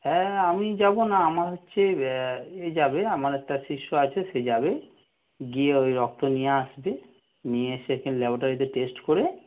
হ্যাঁ আমি যাবো না আমার হচ্ছে এ যাবে আমার একটা শিষ্য আছে সে যাবে গিয়ে ওই রক্ত নিয়ে আসবে নিয়ে এসে এখানে ল্যাবোটারিতে টেস্ট কোরে